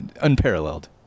unparalleled